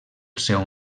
seu